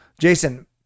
Jason